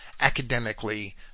academically